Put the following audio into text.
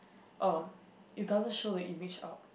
uh it doesn't show the image out